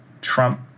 Trump